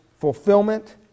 fulfillment